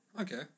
Okay